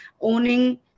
owning